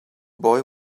boy